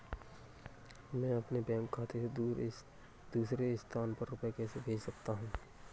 मैं अपने बैंक खाते से दूसरे स्थान पर रुपए कैसे भेज सकता हूँ?